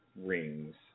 Rings